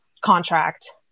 contract